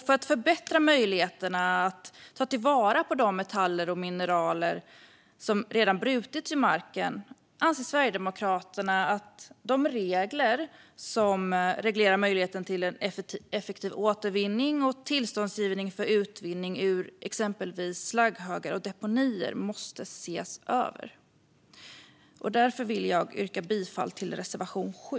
För att förbättra möjligheterna att ta vara på de metaller och mineral som redan brutits ur marken anser Sverigedemokraterna att de regelverk som reglerar möjligheten till effektiv återvinning och tillståndsgivning för utvinning ur exempelvis slagghögar och deponier måste ses över. Därför yrkar jag bifall till reservation 7.